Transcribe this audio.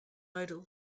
idol